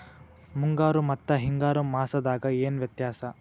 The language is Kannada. ಮುಂಗಾರು ಮತ್ತ ಹಿಂಗಾರು ಮಾಸದಾಗ ಏನ್ ವ್ಯತ್ಯಾಸ?